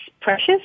precious